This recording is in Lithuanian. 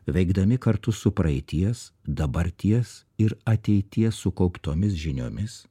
veikdami kartu su praeities dabarties ir ateities sukauptomis žiniomis